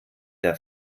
der